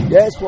Yes